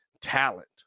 talent